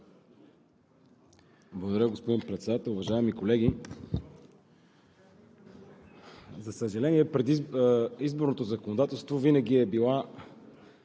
Благодаря, господин Председател. Уважаеми колеги! За съжаление, изборното законодателство, винаги е била